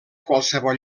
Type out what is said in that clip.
qualsevol